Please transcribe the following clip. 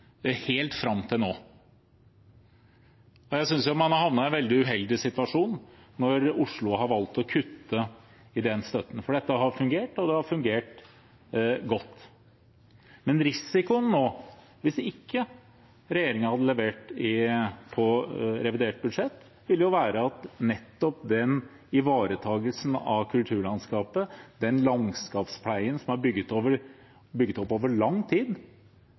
helt fram til nå. Jeg synes man har havnet i en veldig uheldig situasjon når Oslo har valgt å kutte i den støtten, for dette har fungert, og det har fungert godt. Risikoen nå, hvis ikke regjeringen hadde levert i revidert budsjett, ville være at nettopp den ivaretakelsen av kulturlandskapet, den landskapspleien som er bygget opp over lang tid,